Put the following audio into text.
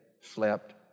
slept